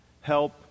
Help